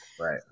Right